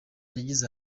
yagize